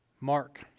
Mark